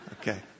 Okay